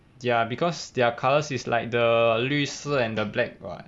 ya because their colours is like the 绿色 and the black [what]